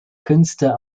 künste